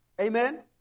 Amen